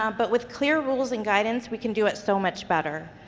um but with clear rules and guidance, we can do it so much better.